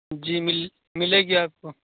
جی مل ملے گی آپ کو